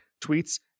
tweets